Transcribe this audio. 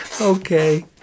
okay